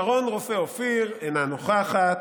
שרון רופא אופיר, אינה נוכחת,